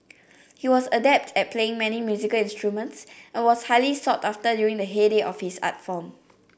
he was adept at playing many musical instruments and was highly sought after during the heyday of his art form